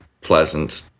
pleasant